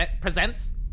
presents